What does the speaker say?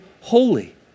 holy